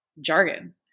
jargon